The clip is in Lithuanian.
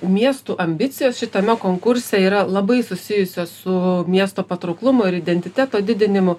miestų ambicijos šitame konkurse yra labai susijusios su miesto patrauklumu ir identiteto didinimu